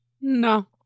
No